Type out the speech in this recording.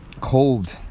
cold